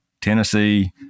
Tennessee